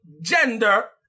gender